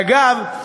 אגב,